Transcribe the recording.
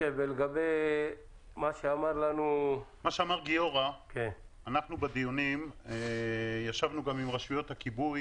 לגבי מה שאמר גיורא בדיונים ישבנו גם עם רשויות הכיבוי